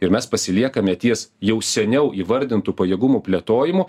ir mes pasiliekame ties jau seniau įvardintų pajėgumų plėtojimu